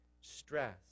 stress